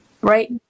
right